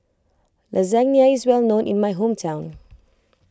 Lasagna is well known in my hometown